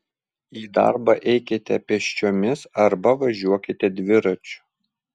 į darbą eikite pėsčiomis arba važiuokite dviračiu